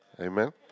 Amen